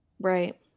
Right